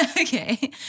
Okay